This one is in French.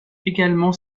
également